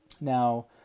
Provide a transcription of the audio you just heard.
Now